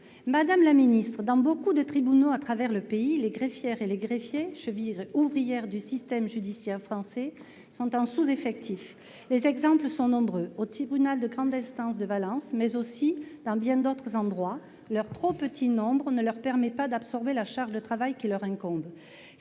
travers le pays, dans beaucoup de tribunaux, les greffières et les greffiers, chevilles ouvrières du système judiciaire français, sont en sous-effectif. Les exemples sont nombreux : au tribunal de grande instance de Valence, mais aussi dans bien d'autres endroits, leur trop petit nombre ne leur permet pas d'absorber la charge de travail qui leur incombe.